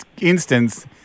instance